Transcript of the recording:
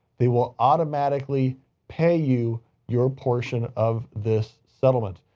they will automatically pay you your portion of this settlement.